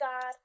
God